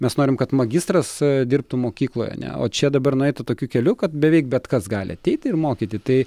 mes norim kad magistras dirbtų mokykloje ar ne o čia dabar nueita tokiu keliu kad beveik bet kas gali ateiti ir mokyti tai